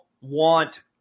want